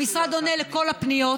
המשרד עונה על כל הפניות